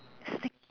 sneak